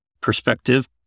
perspective